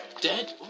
Dead